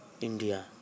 India